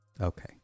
Okay